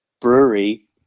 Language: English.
brewery